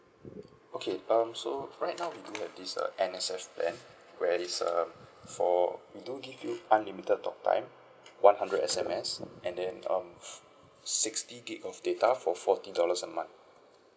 okay um so right now we do have this err N_S_F plan where it's a for we do give you unlimited talk time one hundred S_M_S and then um sixty gigabyte of data for forty dollars a month